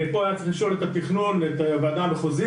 פה, היה צריך לשאול את התכנון, את הוועדה המחוזית,